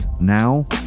now